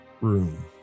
room